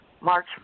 March